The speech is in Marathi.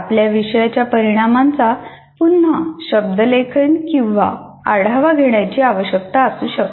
आपल्या विषयाच्या परिणामांचा पुन्हा शब्दलेखन किंवा आढावा घेण्याची आवश्यकता असू शकते